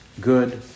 good